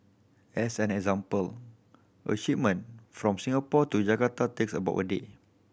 as an example a shipment from Singapore to Jakarta takes about a day